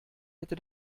hätte